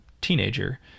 teenager